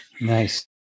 Nice